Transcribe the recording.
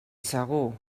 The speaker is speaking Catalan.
segur